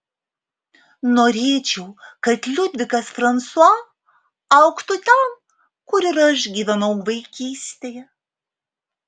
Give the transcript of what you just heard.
norėčiau kad liudvikas fransua augtų ten kur ir aš gyvenau vaikystėje